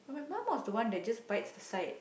but my mum was the one that just bites the side